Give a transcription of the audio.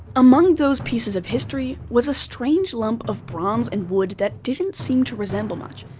among those pieces of history, was a strange lump of bronze and wood that didn't seem to resemble much.